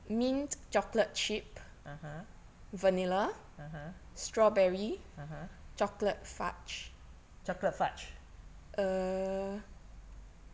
(uh huh) (uh huh) (uh huh) chocolate fudge